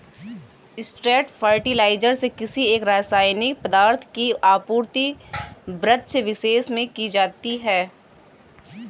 straight fertiliser से किसी एक रसायनिक पदार्थ की आपूर्ति वृक्षविशेष में की जाती है